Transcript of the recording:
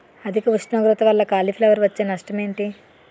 అధిక ఉష్ణోగ్రత వల్ల కాలీఫ్లవర్ వచ్చే నష్టం ఏంటి?